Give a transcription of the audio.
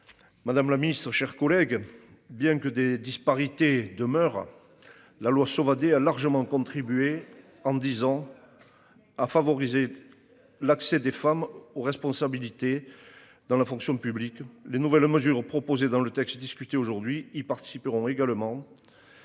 Madame la Ministre, chers collègues. Bien que des disparités demeurent. La loi Sauvadet a largement contribué, en disant. À favoriser l'accès des femmes aux responsabilités dans la fonction publique les nouvelles mesures proposées dans le texte discuté aujourd'hui y participeront également.